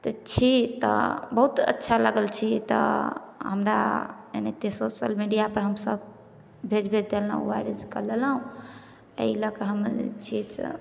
तऽ छी तऽ बहुत अच्छा हमरा लागल छी तऽ हमरा एनाहिते सोशल मीडिया पर हमसभ भेज भेज देलहुॅं वायरस कऽ लेलहुॅं अइ लऽ कऽ हम छी से